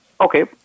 okay